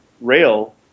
rail